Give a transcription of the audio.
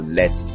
let